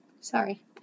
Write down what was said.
Sorry